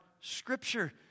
scripture